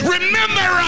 Remember